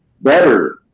better